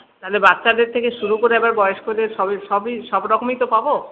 তাহলে বাচ্চাদের থেকে শুরু করে এবার বয়স্কদের সবই সবই সবরকমই তো পাব